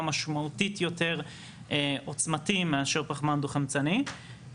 משמעותית יותר עוצמתי מאשר פחמן דו-חמצני,